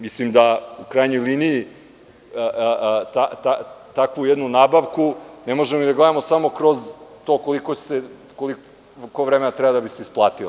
Mislim, da u krajnjoj liniji takvu jednu nabavku ne možemo da gledamo samo kroz to koliko vremena treba da bi se isplatilo.